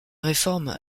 réforme